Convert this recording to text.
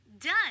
done